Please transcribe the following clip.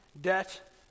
debt